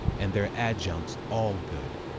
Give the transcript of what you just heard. and their adjuncts all good.